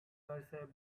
cursor